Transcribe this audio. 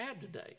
today